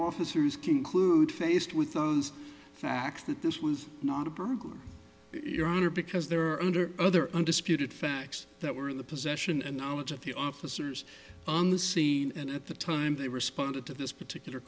officers conclude faced with those fact that this was not a burglary your honor because there are under other undisputed facts that were in the possession and knowledge of the officers on the scene and at the time they responded to this particular